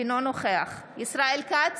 אינו נוכח ישראל כץ,